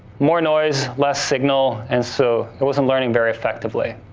more noise, less signal, and so, it wasn't learning very effectively.